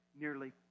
nearly